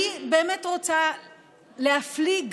אני רוצה להפליג